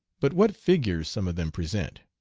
but what figures some of them present!